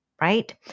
right